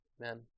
Amen